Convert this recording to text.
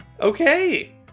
Okay